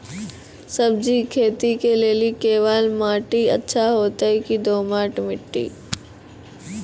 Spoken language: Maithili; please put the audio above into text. सब्जी खेती के लेली केवाल माटी अच्छा होते की दोमट माटी?